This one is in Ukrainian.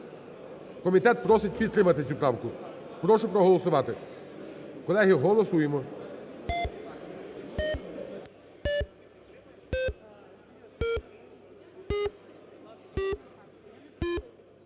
Комітет просить підтримати цю правку. Прошу проголосувати. Колеги, голосуємо.